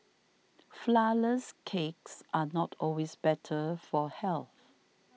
Flourless Cakes are not always better for health